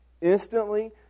instantly